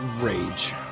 rage